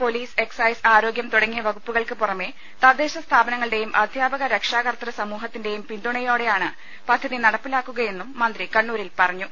police excise ആരോഗ്യം തുടങ്ങിയ വകുപ്പുകൾക്കു പുറമെ തദ്ദേശ സ്ഥാപനങ്ങളുടെയും സമൂഹത്തിന്റെയും പിന്തുണയോടെയാണ് പദ്ധതി നടപ്പിലാക്കുകയെന്നും മന്ത്രി കണ്ണൂരിൽ പറഞ്ഞു